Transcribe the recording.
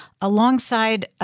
alongside –